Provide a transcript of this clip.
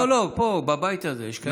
לא, לא, פה, בבית הזה, יש כאלה שיודעים.